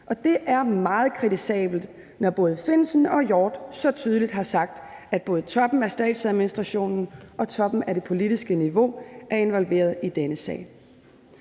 og det er meget kritisabelt, når både Lars Findsen og Claus Hjort Frederiksen så tydeligt har sagt, at både toppen af statsadministrationen og toppen af det politiske niveau er involveret i denne sag.